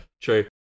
True